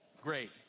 great